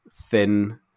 thin